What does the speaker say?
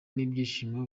n’ibyishimo